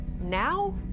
now